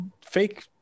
fake